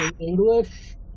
English